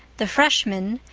the freshmen,